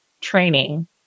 training